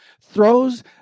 throws